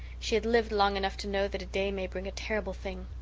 she had lived long enough to know that a day may bring a terrible thing.